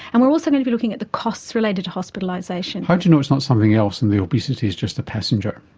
and we are also going to be looking at the costs related to hospitalisation. how do you know it's not something else and the obesity is just a passenger?